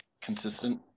consistent